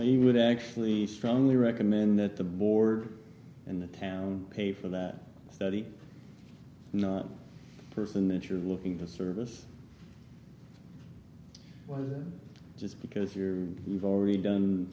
he would actually strongly recommend that the board in the town pay for that study not a person that you're looking to service well just because you're we've already done